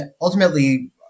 ultimately